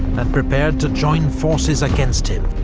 and prepared to join forces against him